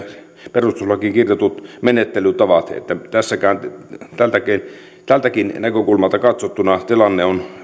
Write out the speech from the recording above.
perustuslakiin kirjatut menettelytavat tältäkin näkökulmalta katsottuna tilanne on